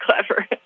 clever